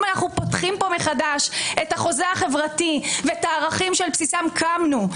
אנו פותחים פה מחדש את החוזה החברתי ואת הערכים שעל בסיסם קמנו.